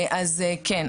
אז כן,